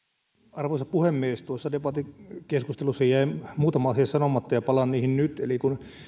arvoisa puhemies tuossa debattikeskustelussa jäi muutama asia sanomatta ja palaan niihin nyt kun